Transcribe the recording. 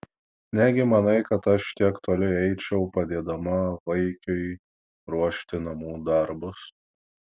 negi manai kad aš tiek toli eičiau padėdama vaikiui ruošti namų darbus